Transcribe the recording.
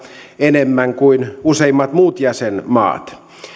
enemmän kuin useimmat muut jäsenmaat